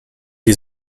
die